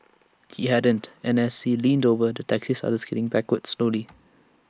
he hadn't and as he leaned over the taxi started sliding backwards slowly